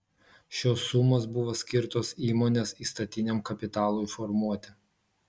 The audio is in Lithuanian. šios sumos buvo skirtos įmonės įstatiniam kapitalui formuoti